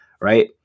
right